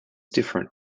different